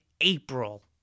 April